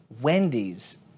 Wendy's